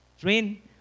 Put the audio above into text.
train